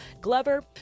Glover